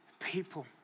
people